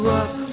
up